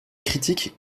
critiquent